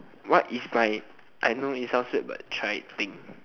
what is my I know it sounds weird but try thing